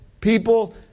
people